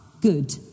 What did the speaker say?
good